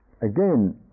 again